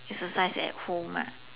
exercise at home lah